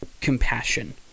compassion